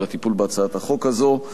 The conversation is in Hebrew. על הטיפול בהצעת החוק הזאת,